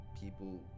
people